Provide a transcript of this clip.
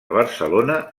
barcelona